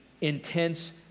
intense